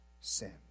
sin